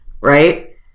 right